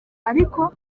ariko